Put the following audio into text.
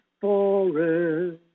forest